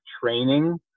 training